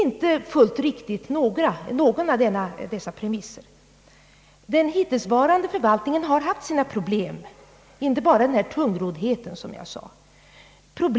Ingen av dessa premisser är fullt riktig. Den hittillsvarande förvaltningen har haft sina problem, inte bara tungroddheten som jag nämnde förut.